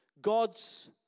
God's